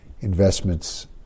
investments